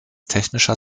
technischer